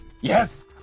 Yes